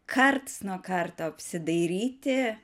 karts nuo karto apsidairyti